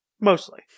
Mostly